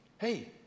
Hey